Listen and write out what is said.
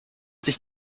sich